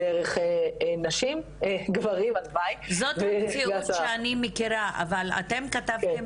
בערך גברים --- זאת המציאות שאני מכירה אבל אתם כתבתם